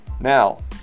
Now